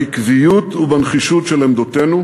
בעקביות ובנחישות של עמדותינו